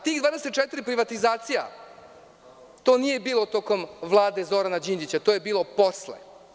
Te 24 privatizacije, to nije bilo tokom vlade Zorana Đinđića, to je bilo posle.